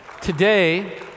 Today